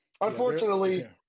Unfortunately